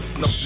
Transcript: no